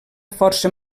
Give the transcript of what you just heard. força